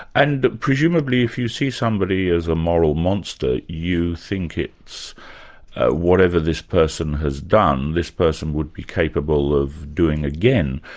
and presumably if you see somebody as a moral monster, you think whatever this person has done, this person would be capable of doing again,